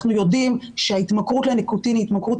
אנחנו יודעים שההתמכרות לניקוטין היא התמכרות